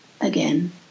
again